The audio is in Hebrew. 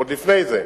עוד לפני זה,